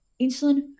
insulin